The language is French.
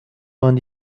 vingt